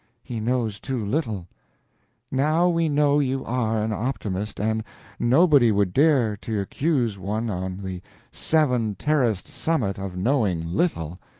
he knows too little now we know you are an optimist, and nobody would dare to accuse one on the seven-terraced summit of knowing little.